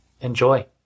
Enjoy